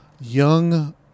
Young